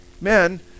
men